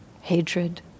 hatred